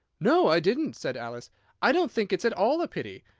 no, i didn't, said alice i don't think it's at all a pity.